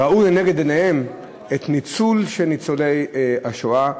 הם ראו לנגד עיניהם את הניצול של ניצולי השואה,